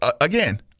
again